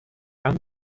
and